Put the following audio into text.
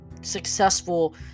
successful